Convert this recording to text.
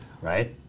Right